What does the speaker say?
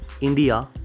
India